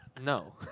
No